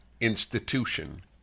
institution